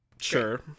sure